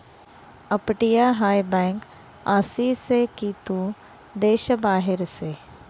अपटीया हाय बँक आसी से की तू देश बाहेर से